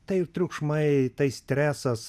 tai ir triukšmai tai stresas